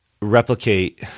replicate